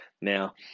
Now